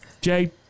Jay